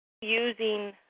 using